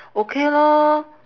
okay lor